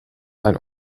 ein